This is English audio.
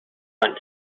hunt